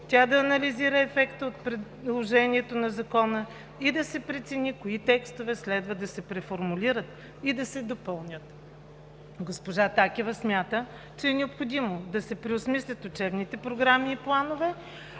тя да анализира ефекта от приложението на Закона и да се прецени кои текстове следва да се преформулират и да се допълнят. Госпожа Такева смята, че е необходимо да се преосмислят учебните програми и планове,